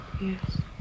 Yes